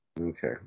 okay